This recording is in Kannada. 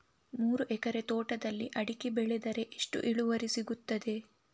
ಮೂರು ಎಕರೆ ತೋಟದಲ್ಲಿ ಅಡಿಕೆ ಬೆಳೆದರೆ ಎಷ್ಟು ಇಳುವರಿ ಸಿಗುತ್ತದೆ?